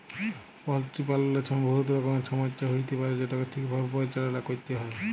poultry পাললের ছময় বহুত রকমের ছমচ্যা হ্যইতে পারে যেটকে ঠিকভাবে পরিচাললা ক্যইরতে হ্যয়